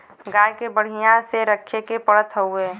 गाय के बढ़िया से रखे के पड़त हउवे